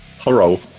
Hello